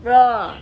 bro